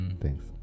Thanks